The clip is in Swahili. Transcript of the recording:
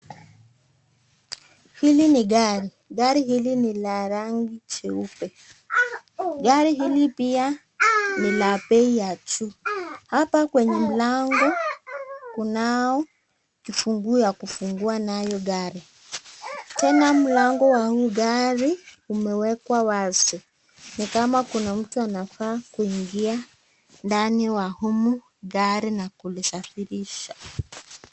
Hili ni gari, gari hili ni la rangi cheupe. Gari hili pia lina bei ya juu, hapa kwenye mlango kunao kifunguo ya kufungua nayo gari, tena mlango wa huu gari kumewekwa wazi nikama kuna mtu anafaa kuingi ndani wa humu gari na kulisafirisha.